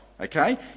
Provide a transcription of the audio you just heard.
okay